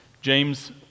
James